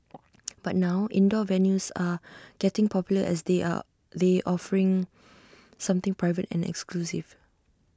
but now indoor venues are getting popular as they are they offer something private and exclusive